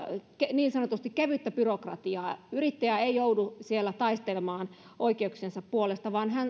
niin sanotusti kevyttä byrokratiaa yrittäjä ei joudu siellä taistelemaan oikeuksiensa puolesta vaan